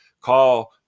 Call